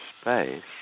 space